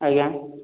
ଆଜ୍ଞା